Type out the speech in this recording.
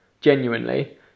genuinely